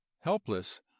helpless